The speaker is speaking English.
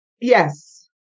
Yes